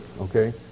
okay